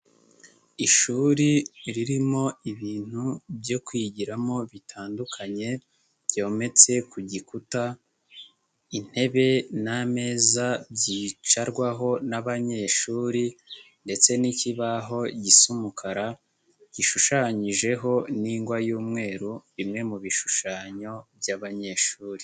Ishuri ririmo ibintu byo kwigiramo bitandukanye, byometse ku gikuta, intebe n'ameza byicarwaho n'abanyeshuri ndetse n'ikibaho gisa umukara, gishushanyijeho n'ingwa y'umweru, bimwe mu bishushanyo by'abanyeshuri.